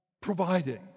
providing